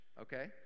Okay